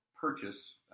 purchase